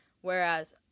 Whereas